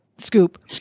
Scoop